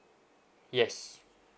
yes